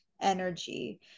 energy